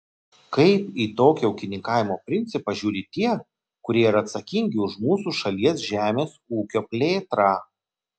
kaip į tokį ūkininkavimo principą žiūri tie kurie yra atsakingi už mūsų šalies žemės ūkio plėtrą